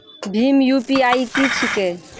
भीम UPI की छीके?